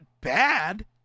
bad